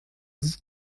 dit